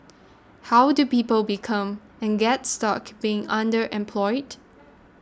how do people become and get stuck being underemployed